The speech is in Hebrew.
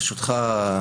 ברשותך,